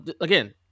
again